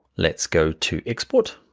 let's go to export,